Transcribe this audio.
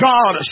God